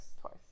Twice